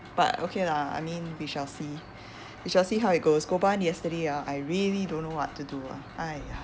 but okay lah I mean we shall see we shall see how it goes go ban yesterday ah I really don't know what to do ah !aiya!